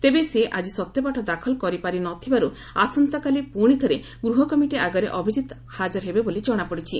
ତେବେ ସେ ଆକି ସତ୍ୟପାଠ ଦାଖଲ କରିପାରି ନଥିବାରୁ ଆସନ୍ତାକାଲି ପୁଶି ଥରେ ଗୂହକମିଟି ଆଗରେ ଅଭିଜିତ ହାଜର ହେବେ ବୋଲି ଜଣାପଡିଛି